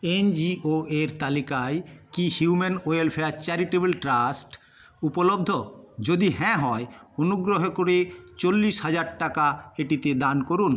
N G ওয়ের তালিকায় কি হিউম্যান ওয়েলফেয়ার চ্যারিটেবেল ট্রাস্ট উপলব্ধ যদি হ্যাঁ হয় অনুগ্রহ করে চল্লিশ হাজার টাকা এটিতে দান করুন